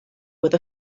with